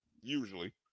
Usually